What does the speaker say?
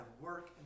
work